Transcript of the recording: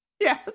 Yes